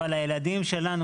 אבל הילדים שלנו,